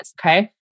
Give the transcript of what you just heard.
Okay